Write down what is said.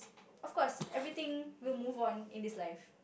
of course everything will move on in this life